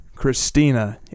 Christina